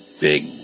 big